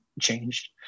changed